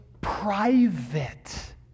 private